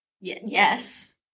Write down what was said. Yes